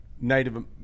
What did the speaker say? native